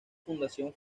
fundación